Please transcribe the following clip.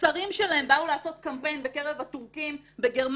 כשהשרים שלהם באו לעשות קמפיין בקרב הטורקים בגרמניה,